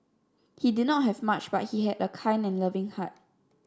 he did not have much but he had a kind and loving heart